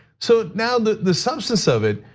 so, now the the substance of it,